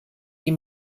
die